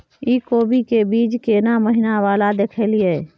इ कोबी के बीज केना महीना वाला देलियैई?